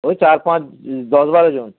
ওই চার পাঁচ দশ বারো জন